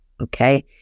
okay